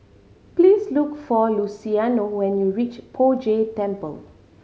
please look for Luciano when you reach Poh Jay Temple